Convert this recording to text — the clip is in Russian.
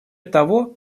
того